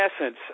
essence